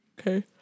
Okay